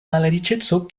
malriĉeco